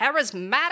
charismatic